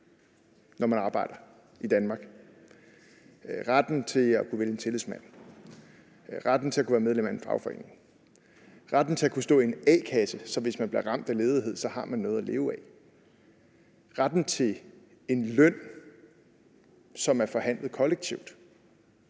når man arbejder i Danmark: retten til at kunne vælge en tillidsmand; retten til at kunne være medlem af en fagforening; retten til at kunne stå i en a-kasse, så hvis man bliver ramt af ledighed, har man noget at leve af; og retten til en løn, som er forhandlet kollektivt.